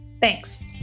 Thanks